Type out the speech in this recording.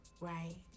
right